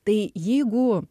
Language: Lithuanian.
tai jeigu